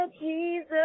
jesus